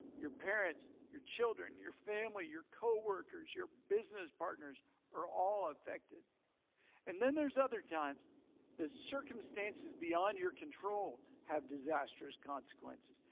your parents, your children, your family, your co-workers, your business partners are all affected and then there's other times the circumstances beyond your control have disastrous consequences.